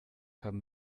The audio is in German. haben